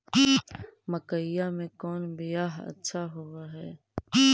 मकईया के कौन बियाह अच्छा होव है?